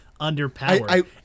underpowered